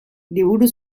liburu